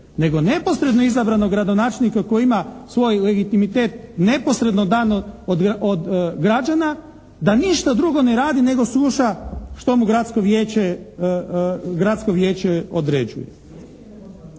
nego neposredno izabranog gradonačelnika koji ima svoj legitimitet, neposredno dan od građana, da ništa drugo ne radi nego sluša što mu gradsko vijeće određuje.